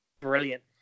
Brilliant